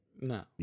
No